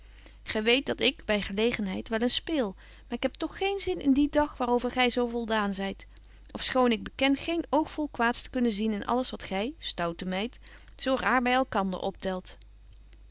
gy weet dat ik by gelegenheid wel eens speel maar ik heb toch geen zin in dien dag waar over gy zo voldaan zyt ofschoon ik beken geen oogvol kwaads te kunnen zien in alles wat gy stoute meid zo raar by elkander optelt